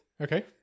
Okay